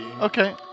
Okay